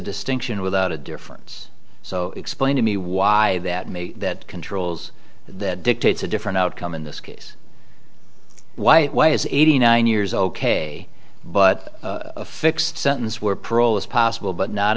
distinction without a difference so explain to me why that made that controls that dictates a different outcome in this case why why is eighty nine years ok but a fixed sentence where parole is possible but not